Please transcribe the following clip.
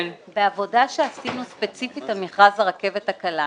בעבודה שעשינו ספציפית על מכרז הרכבת הקלה,